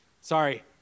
Sorry